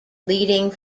leading